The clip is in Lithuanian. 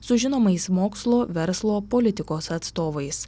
su žinomais mokslo verslo politikos atstovais